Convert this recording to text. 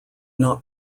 not